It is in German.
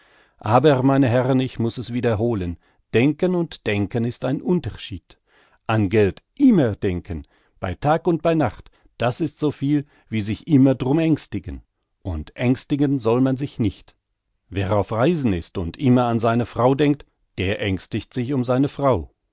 aber meine herren ich muß es wiederholen denken und denken ist ein unterschied an geld immer denken bei tag und bei nacht das ist soviel wie sich immer drum ängstigen und ängstigen soll man sich nicht wer auf reisen ist und immer an seine frau denkt der ängstigt sich um seine frau